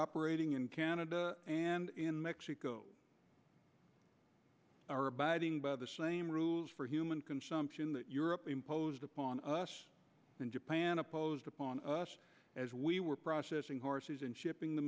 operating in canada and in mexico are abiding by the same rules for human consumption that europe imposed upon us and japan opposed upon us as we were processing horses and shipping